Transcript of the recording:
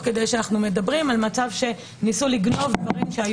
כדי שאנחנו מדברים על מצב שניסו לגנוב דברים.